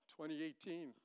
2018